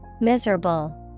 miserable